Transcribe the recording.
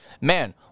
Man